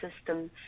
system